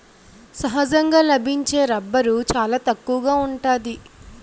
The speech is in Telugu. సహజంగా లభించే రబ్బరు చాలా తక్కువగా ఉంటాది